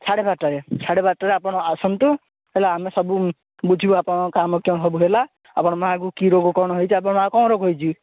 ସାଢ଼େ ବାରଟାରେ ସାଢ଼େ ବାରଟାରେ ଆପଣ ଆସନ୍ତୁ ହେଲା ଆମେ ସବୁ ବୁଝିବୁ ଆପଣଙ୍କ କାମ ସବୁ ହେଲା ଆପଣଙ୍କ ମାଆ କୁ କି ରୋଗ କଣ ହେଇଚି ଆପଣଙ୍କ ମାଆକୁ କଣ ରୋଗ ହେଇଚି